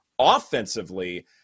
offensively